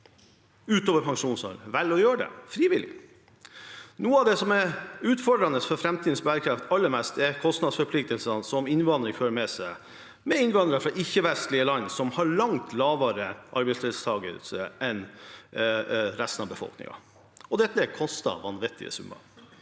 utover pensjonsalder, velger å gjøre det frivillig. Noe av det som er aller mest utfordrende for framtidens bærekraft, er kostnadsforpliktelsene som innvandring fører med seg, med innvandrere fra ikke-vestlige land som har langt lavere arbeidsdeltakelse enn resten av befolkningen. Dette koster vanvittige summer.